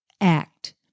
Act